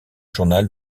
journal